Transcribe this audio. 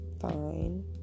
fine